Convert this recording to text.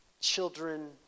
children